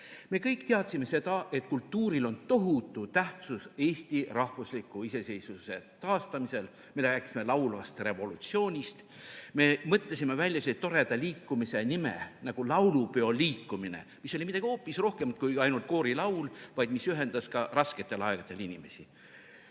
Me kõik teadsime, et kultuuril on tohutu tähtsus Eesti rahva iseseisvuse taastamisel. Me rääkisime laulvast revolutsioonist. Me mõtlesime välja sellise toreda liikumise nime nagu laulupeoliikumine, mis oli midagi hoopis rohkemat kui ainult koorilaul, mis ka rasketel aegadel inimesi